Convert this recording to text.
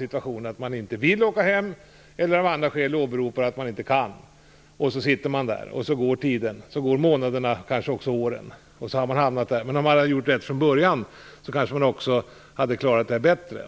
Då kanske man inte vill åka hem eller åberopar att man av andra skäl inte kan göra det. Då sitter man där, och tiden går, månader och kanske år. Om man hade gjort rätt från början kanske man hade klarat sig bättre.